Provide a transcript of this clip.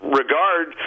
regard